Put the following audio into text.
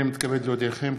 הנני מתכבד להודיעכם,